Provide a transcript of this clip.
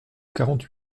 quarante